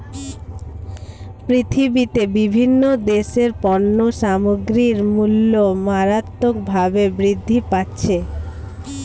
পৃথিবীতে বিভিন্ন দেশের পণ্য সামগ্রীর মূল্য মারাত্মকভাবে বৃদ্ধি পাচ্ছে